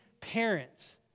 parents